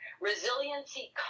Resiliency